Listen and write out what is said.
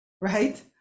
Right